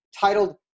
titled